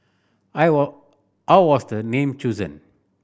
I were how was the name chosen